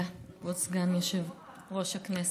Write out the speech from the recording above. תודה, כבוד סגן יושב-ראש הכנסת.